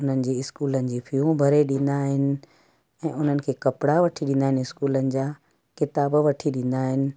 उन्हनि जी इस्कूलनि जूं फीऊं भरे ॾींदा आहिनि ऐं उन्हनि खे कपिड़ा वठी ॾींदा आहिनि इस्कूलनि जा किताब वठी ॾींदा आहिनि